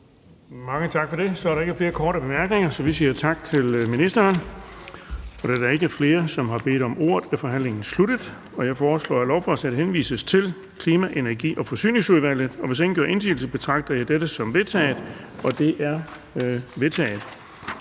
(Erling Bonnesen): Der er ikke flere korte bemærkninger, så vi siger tak til ministeren. Da der ikke er flere, som har bedt om ordet, er forhandlingen sluttet. Jeg foreslår, at lovforslaget henvises til Klima-, Energi- og Forsyningsudvalget. Hvis ingen gør indsigelse, betragter jeg dette som vedtaget. Det er vedtaget.